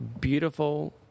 beautiful